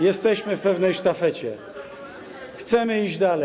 Jesteśmy w pewnej sztafecie, chcemy iść dalej.